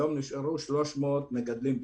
היום נשארו 300 מגדלים בלבד,